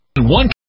One